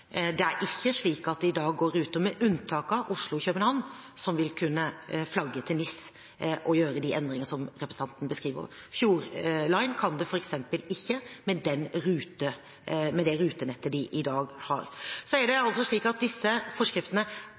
Det er ikke slik at det i dag går ruter – med unntak av Oslo–København – som vil kunne flagge til NIS og gjøre de endringene som representanten beskriver. Fjord Line kan det f.eks. ikke med det rutenettet de har i dag. Så er det altså slik at disse forskriftene